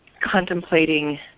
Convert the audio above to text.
contemplating